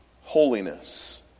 holiness